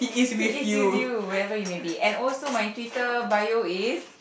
he is with you wherever you may be and also my Twitter bio is